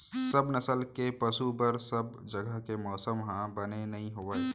सब नसल के पसु बर सब जघा के मौसम ह बने नइ होवय